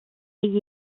aient